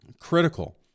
critical